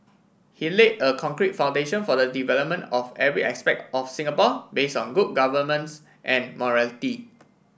he laid a concrete foundation for the development of every aspect of Singapore base on good governance and morality